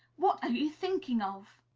what are you thinking of?